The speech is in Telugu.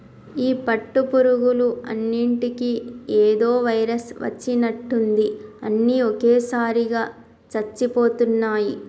ఈ పట్టు పురుగులు అన్నిటికీ ఏదో వైరస్ వచ్చినట్టుంది అన్ని ఒకేసారిగా చచ్చిపోతున్నాయి